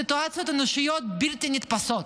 סיטואציות אנושיות בלתי נתפסות.